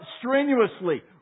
strenuously